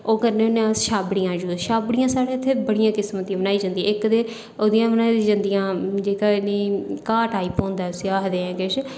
ओह् होंदियां छाबड़ियां छाबड़ियां साढ़े इत्थै बड़े किस्म दियां बनदियां ओह्दियां बनाई जंदियां जेह्का इ'नेंगी घाऽ टाईप होंदा जेह्का आखदे उसी किश